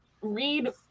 read